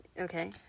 okay